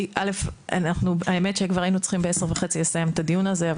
כבר היינו צריכים לסיים בעשר וחצי את הדיון הזה,